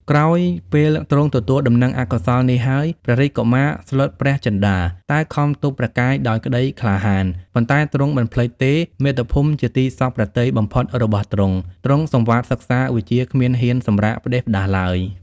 ក្រោយពេលទ្រង់ទទួលដំណឹងអកុសលនេះហើយ ព្រះរាជកុមារស្លុតព្រះចិន្ដា តែខំទប់ព្រះកាយដោយក្ដីក្លាហាន ប៉ុន្តែទ្រង់មិនភ្លេចទេ មាតុភូមិជាទីសព្វព្រះទ័យបំផុតរបស់ទ្រង់ ទ្រង់សង្វាតសិក្សាវិជ្ជាគ្មានហ៊ានសម្រាកផ្ដេសផ្ដាសឡើយ ។